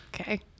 Okay